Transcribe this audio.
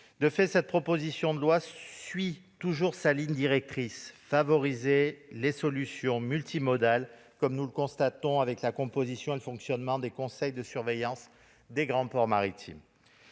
De fait, cette proposition de loi suit toujours sa ligne directrice : favoriser les solutions multimodales, comme nous le constatons avec la composition et le fonctionnement des conseils de surveillance des grands ports maritimes.